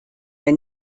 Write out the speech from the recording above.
der